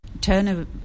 Turner